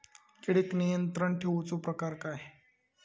किडिक नियंत्रण ठेवुचा प्रकार काय?